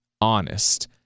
honest